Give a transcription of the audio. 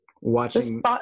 watching